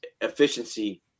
efficiency